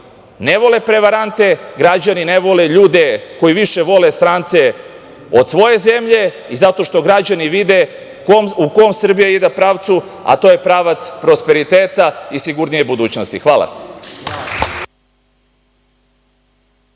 ne vole prevarante, građani ne vole ljude koji više vole strance od svoje zemlje, i zato što građani vide u kom pravcu ide Srbija, a to je pravac prosperiteta i sigurnije budućnosti. Hvala.